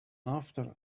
after